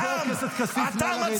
חבר הכנסת כסיף, נא לסיים.